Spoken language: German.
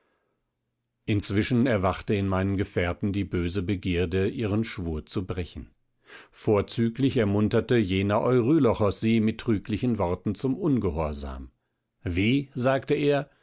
inzwischen erwachte in meinen gefährten die böse begierde ihren schwur zu brechen vorzüglich ermunterte jener eurylochos sie mit trüglichen worten zum ungehorsam wie sagte er